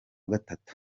gatatu